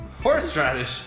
Horseradish